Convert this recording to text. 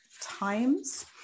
Times